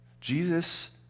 Jesus